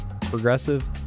progressive